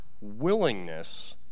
willingness